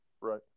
Right